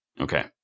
Okay